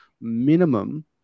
minimum